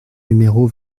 numéro